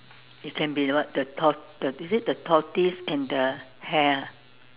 it can be the what the tor~ is it the tortoise and the hare ah